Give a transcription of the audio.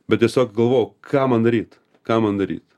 bet tiesiog galvojau ką man daryt ką man daryt